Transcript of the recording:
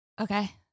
Okay